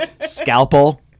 Scalpel